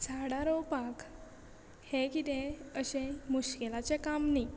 झाडां रोवपाक हे कितें अशें मुश्किलाचें काम न्ही